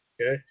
Okay